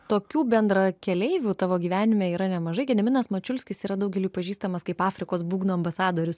tokių bendrakeleivių tavo gyvenime yra nemažai gediminas mačiulskis yra daugeliui pažįstamas kaip afrikos būgnų ambasadorius